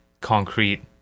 concrete